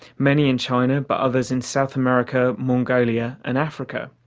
many in china, but others in south america, mongolia and africa.